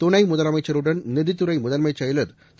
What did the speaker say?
துணை முதலமைச்சருடன் நிதித்துறை முதன்மைச் செயலர் திரு